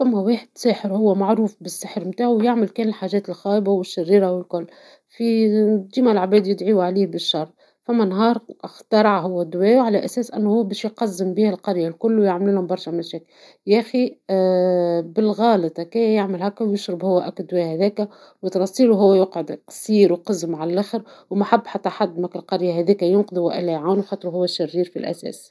فما واحد ساحر معروف بالسحر نتاعو يعمل كان الحاجات الخايبة ، الشريرة والكل ، في فديما العباد يدعو عليه بالشر فما نهار اخترع هو دوا على أساس باش يقزم بيه القرية الكل ويعملهم برشا مشاكل ، ياخي فبالغالط هكايا يعمل هاكا ويشرب هو الدوا هذاكا ويصير هو يقعد قصير وقزم علخر ، ومحب حتى واحد في القرية هذيكا ينقذوا ولا يعاونوا عخاطر هو شرير في الأساس.